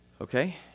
okay